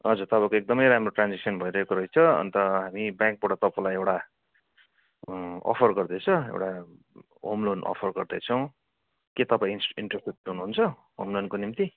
हजुर तपाईँको एकदमै राम्रो ट्रान्जेक्सन भइरहेको रहेछ अन्त हामी ब्याङ्कबाट तपाईँलाई एउटा अफर गर्दैछ एउटा होम लोन अफर गर्दैछौँ के तपाईँ इन्ट्रेस्टेड हुनुहुन्छ होमलोनको निम्ति